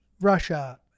Russia